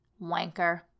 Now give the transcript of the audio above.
Wanker